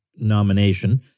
nomination